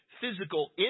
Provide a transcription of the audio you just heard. physical